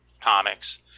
comics